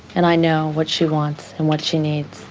and i know what she wants and what she needs.